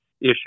issue